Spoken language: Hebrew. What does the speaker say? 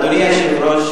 אדוני היושב-ראש,